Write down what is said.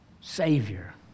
Savior